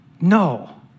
No